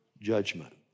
judgment